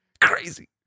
Crazy